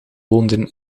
woonden